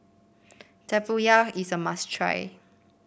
tempoyak is a must try